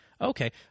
Okay